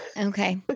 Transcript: Okay